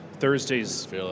Thursdays